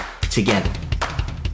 together